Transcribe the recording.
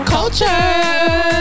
Culture